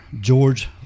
George